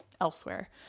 elsewhere